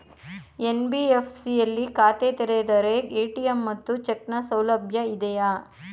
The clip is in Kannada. ಎನ್.ಬಿ.ಎಫ್.ಸಿ ಯಲ್ಲಿ ಖಾತೆ ತೆರೆದರೆ ಎ.ಟಿ.ಎಂ ಮತ್ತು ಚೆಕ್ ನ ಸೌಲಭ್ಯ ಇದೆಯಾ?